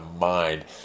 mind